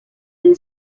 این